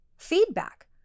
feedback